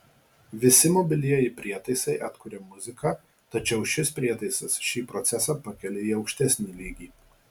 visi mobilieji prietaisai atkuria muziką tačiau šis prietaisas šį procesą pakelia į aukštesnį lygį